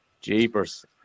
jeepers